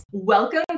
Welcome